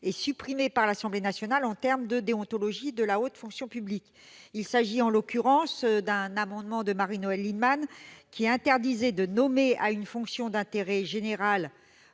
et supprimés par l'Assemblée nationale, relatifs à la déontologie de la haute fonction publique. Il s'agit en l'occurrence d'un amendement de Marie-Noëlle Lienemann qui interdisait de nommer à une fonction d'intérêt général